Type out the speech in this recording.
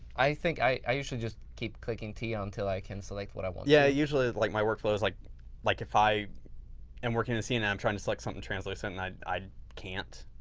i think i usually just keep clicking t ah until i can select what i want. tim yeah usually like my workflow is like, like if i am working in the scene and i'm trying to select something translucent and i i can't,